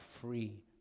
free